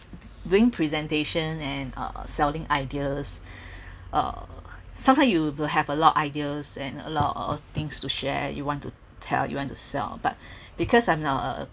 doing presentation and uh selling ideas uh somehow you will have a lot of ideas and a lot of things to share you want to tell you want to sell but because I'm a uh